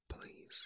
Please